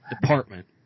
department